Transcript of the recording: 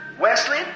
Wesley